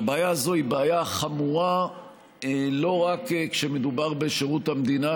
והבעיה הזאת היא בעיה חמורה לא רק כשמדובר בשירות המדינה,